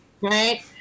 right